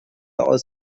aus